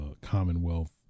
Commonwealth